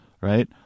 right